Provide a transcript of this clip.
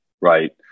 right